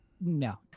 no